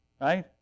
right